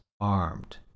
armed